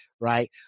right